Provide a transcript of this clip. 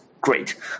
great